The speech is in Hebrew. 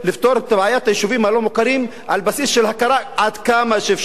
לפתור את בעיית היישובים הלא-מוכרים על בסיס של הכרה עד כמה שאפשר.